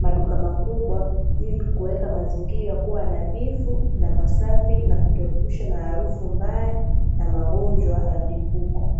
maduka makubwa ili kuweka mazingira kuwa nadhifu na masafi na kutuepusha na harufu mbaya, na magojwa ya mlipuko .